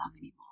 anymore